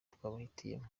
twabahitiyemo